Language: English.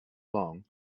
long